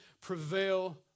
prevail